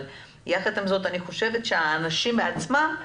אבל יחד עם זאת האנשים בעצמם,